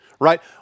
right